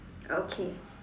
okay